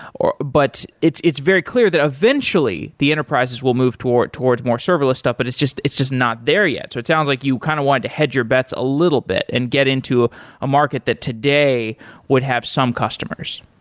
but it's it's very clear that eventually the enterprises will move towards towards more serverless stuff, but it's just it's just not there yet. so it sounds like you kind of wanted to head your bets a little bit and get into a market that today would have some customers.